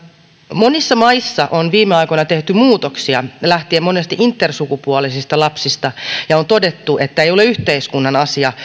monissa maissa on viime aikoina tehty muutoksia lähtien monesti intersukupuolisista lapsista ja on todettu että ei ole yhteiskunnan asia